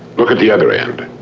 look at the other end.